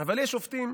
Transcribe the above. אבל יש שופטים,